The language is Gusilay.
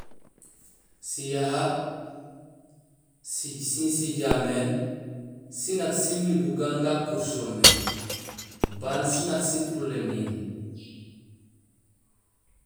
Siyaha sin sijaméén sinak simiir bugaan gakuur so mé, baan bunak sipuléniil